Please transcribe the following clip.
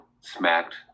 smacked